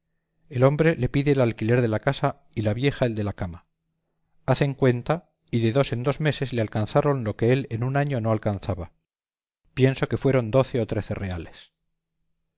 el hombre le pide el alquiler de la casa y la vieja el de la cama hacen cuenta y de dos en dos meses le alcanzaron lo que él en un año no alcanzara pienso que fueron doce o trece reales